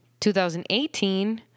2018